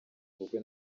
ubukwe